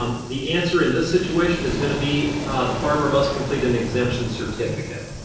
um the answer in this situation is gonna be the farmer must complete an exemption certificate.